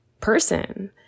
person